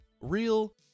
real